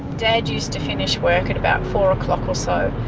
dad used to finish work at about four o'clock or so